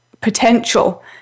potential